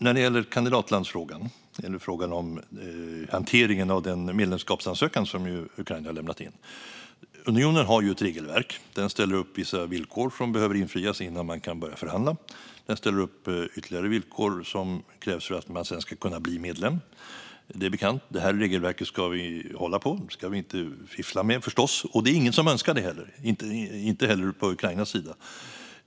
När det gäller kandidatlandsfrågan eller frågan om hanteringen av den medlemskapsansökan som Ukraina lämnat in har unionen ett regelverk. Den ställer upp vissa villkor som behöver infrias innan man kan börja förhandla, och den ställer upp ytterligare villkor som krävs för att man sedan ska kunna bli medlem. Det är bekant, och detta regelverk ska vi hålla på. Vi ska förstås inte fiffla med det. Det är ingen som önskar det heller, inte heller på Ukrainas sida.